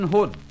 Hood